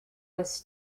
was